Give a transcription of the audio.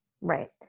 Right